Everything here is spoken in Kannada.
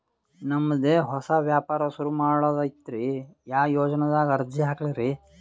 ನಮ್ ದೆ ಹೊಸಾ ವ್ಯಾಪಾರ ಸುರು ಮಾಡದೈತ್ರಿ, ಯಾ ಯೊಜನಾದಾಗ ಅರ್ಜಿ ಹಾಕ್ಲಿ ರಿ?